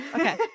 Okay